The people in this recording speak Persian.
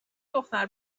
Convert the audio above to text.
دختر